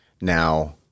Now